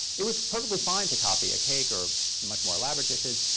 it was perfectly fine to copy a cake or much more elaborate dishes,